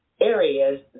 areas